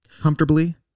comfortably